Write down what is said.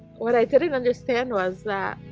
what i didn't understand was that